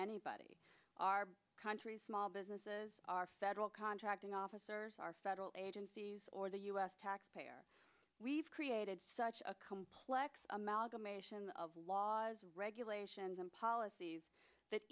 anybody our country's small businesses our federal contracting officers our federal agencies or the u s taxpayer we've created such a complex amalgamation of laws regulations and policies that